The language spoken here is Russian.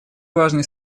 важной